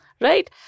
Right